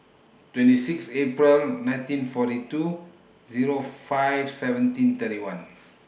twenty six April nineteen forty two Zero five seventeen thirty one